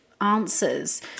answers